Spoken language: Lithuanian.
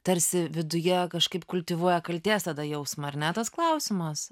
tarsi viduje kažkaip kultivuoja kaltės tada jausmą ar ne tas klausimas